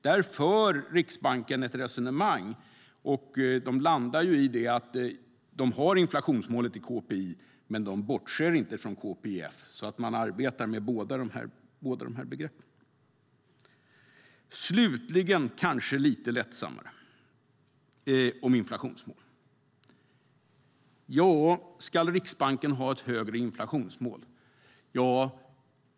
Där för Riksbanken ett resonemang och landar i att de har inflationsmålet i KPI men inte bortser från KPIF. Man arbetar med båda begreppen. Slutligen vill jag säga något om inflationsmål som kanske är lite lättsammare. Ska Riksbanken ha ett högre inflationsmål?